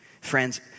Friends